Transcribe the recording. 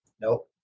Nope